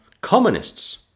communists